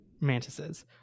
mantises